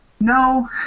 no